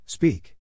speak